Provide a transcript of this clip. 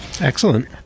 Excellent